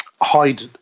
hide